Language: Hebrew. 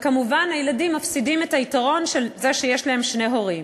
וכמובן הילדים מפסידים את היתרון של זה שיש להם שני הורים.